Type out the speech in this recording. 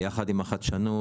ביחד עם החדשנות,